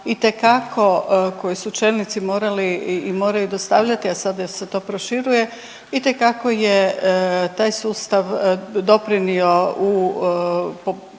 itekako koje su čelnici morali i moraju dostavljati, a sada se to proširuje itekako je taj sustav doprinio u poboljšanju i